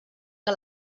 que